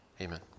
Amen